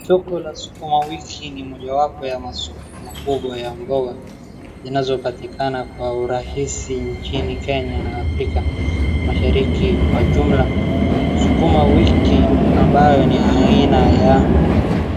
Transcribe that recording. Soko ya sukuma wiki ni mojawapo ya masoko makubwa ya mboga zinazopatikana kwa urahisi nchini Kenya na Afrika mashariki kwa jumla, sukuma wiki ambayo ni aina ya.